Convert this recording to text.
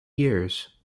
years